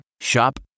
Shop